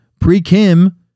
pre-Kim